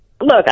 Look